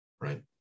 Right